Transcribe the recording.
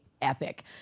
epic